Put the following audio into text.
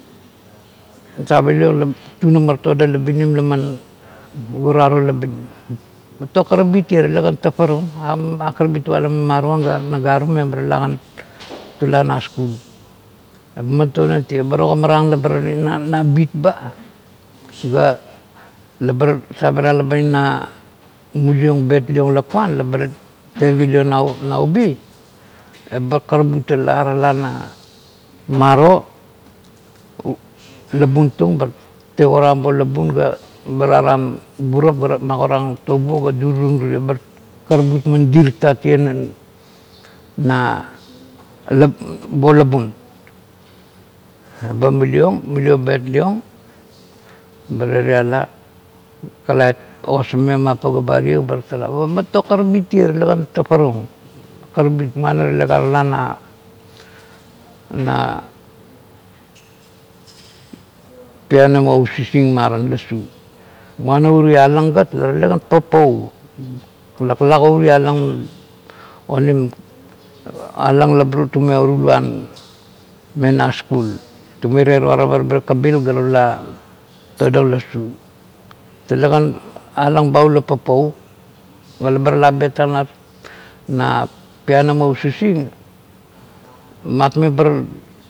Save liong la tubana tunamar todang labinim laman gurarung labinim man tokarabit tie, talekan tafarung a karabit tuala mama tuang naga tung meba tulakan tula na skul. Eba man tunang tie, ba ogimarang la inara nabit ba, ga la ba save tang la ba ma betlion lakuan la bar terigiliong neubi, eba karabut tala, tala na maro labun tung ga tegorang na labung tung ga eba taran burop ga ba magorang tobua ga durirung tie, abar man didirtang tie na bo labun. Ba muliong, muliong bet liong, ebar turiala kailit ogosar meng mapaga ba tie, bau tala, pa man tokarabit tie, talekan taferung, kerabit moana talega tala na-na pianam o usising maran lossu moana la urie along gat la talakan papau, laklago urie alang onim alang la tume oraulang me na skul. Lume teruara kabil ga tula todang lossu. Talekan along ba ula papau ga laba tala bet tang na pianam o usising matmebar.